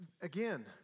again